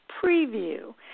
Preview